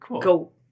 go